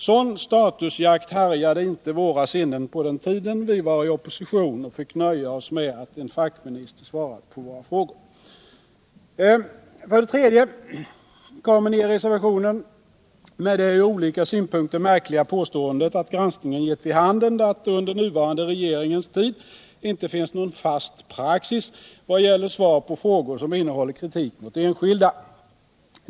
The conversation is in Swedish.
Sådan statusjakt härjade inte våra sinnen på den tid vi var i opposition och fick nöja oss med att någon annan än en statsminister svarade på våra frågor. För det tredje kommer ni i reservationen med det ur olika synpunkter märkliga påståendet att gransknignen gett vid handen att det under den nuvarande regeringens tid inte finns någon fast praxis i vad gäller svar på frågor som innehåller kritik mot enskilda.